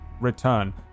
return